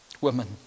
women